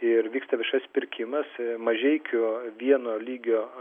ir vyksta viešasis pirkimas mažeikių vieno lygio